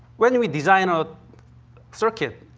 when we design a circuit,